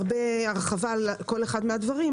אני יכולה להרחיב רבות על כל אחד מהדברים,